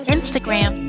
Instagram